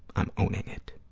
i'm owning it.